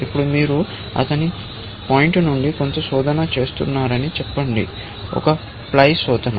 ఇప్పుడు మీరు అతని పాయింట్ నుండి కొంత శోధన చేస్తున్నారని చెప్పండి ఒక ప్లై శోధన